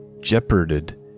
jeoparded